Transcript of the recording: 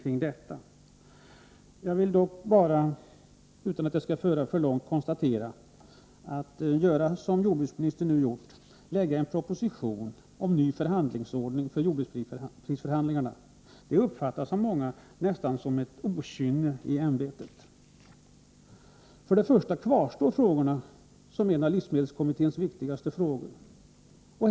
Utan att det skall föra för långt måste jag ändå konstatera att detta att lägga fram en proposition — som jordbruksministern nu gjort — om ny förhandlingsordning för jordbruksprisförhandlingarna av många uppfattas nästan som ett okynne i ämbetet. Först och främst kvarstår den frågan som en av livsmedelskommitténs viktigaste uppgifter.